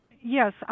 Yes